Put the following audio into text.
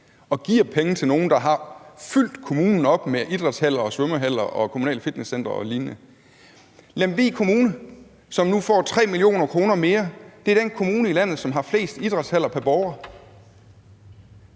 og giver penge til nogle, der har fyldt kommunen op med idrætshaller, svømmehaller, kommunale fitnesscentre og lignende. Lemvig Kommune, som nu får 3 mio. kr. mere, er den kommune i landet, som har flest idrætshaller pr. borger.